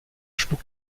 schlug